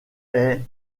est